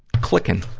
clicking,